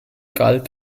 galt